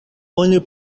oni